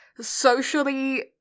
socially